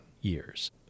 years